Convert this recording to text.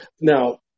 Now